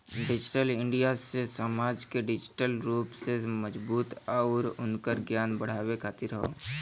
digital India से समाज के डिजिटल रूप से मजबूत आउर उनकर ज्ञान बढ़ावे खातिर हौ